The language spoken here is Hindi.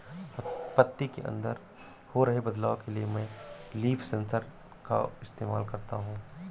पत्ती के अंदर हो रहे बदलाव के लिए मैं लीफ सेंसर का इस्तेमाल करता हूँ